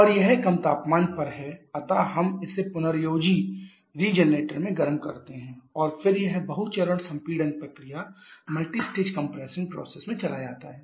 और यह कम तापमान पर है अतः हम इसे पुनर्योजी में गर्म करते हैं और फिर यह बहु चरण संपीड़न प्रक्रिया में चला जाता है